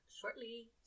shortly